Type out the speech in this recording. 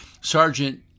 Sergeant